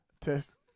test